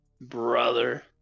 brother